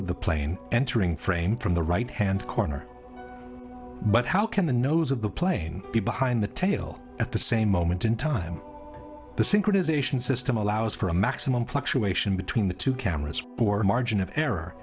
of the plane entering frame from the right hand corner but how can the nose of the plane be behind the tail at the same moment in time the synchronization system allows for a maximum fluctuation between the two cameras bore a margin of error